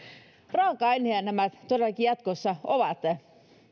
raaka aineita nämä todellakin jatkossa ovat